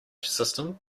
system